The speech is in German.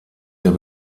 der